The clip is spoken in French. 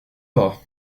pas